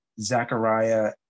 Zechariah